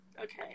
Okay